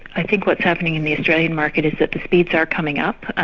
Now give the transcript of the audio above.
i think what's happening in the australian market is that the speeds are coming up,